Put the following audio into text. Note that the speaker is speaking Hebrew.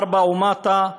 4 ומטה,